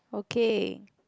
okay